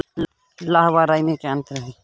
लाह व राई में क्या अंतर है?